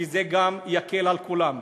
כי זה גם יקל על כולם.